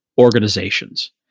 organizations